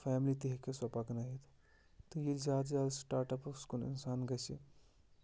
family تہِ ہیٚکہِ ہا سۄ پَکنٲیِتھ تہٕ ییٚلہِ زیادٕ زیادٕ سِٹاٹ اَپَس کُن اِنسان گژھِ